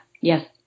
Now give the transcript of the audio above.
yes